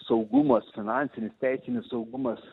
saugumas finansinis teisinis saugumas